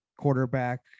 quarterback